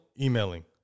emailing